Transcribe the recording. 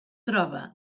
troba